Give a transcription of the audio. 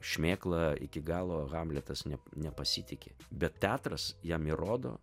šmėkla iki galo hamletas ne nepasitiki bet teatras jam įrodo